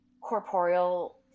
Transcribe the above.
corporeal